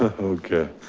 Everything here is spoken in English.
ah okay.